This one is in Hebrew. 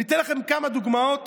אני אתן לכם כמה דוגמאות,